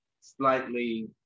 slightly